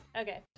Okay